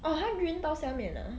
orh 它运到下面 ah